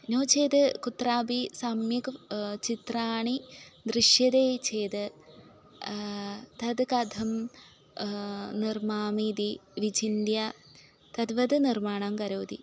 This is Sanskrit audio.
नो चेत् कुत्रापि सम्यक् चित्राणि दृश्यते चेत् तत् कथं निर्मामि इति विचिन्त्य तद्वत् निर्माणं करोति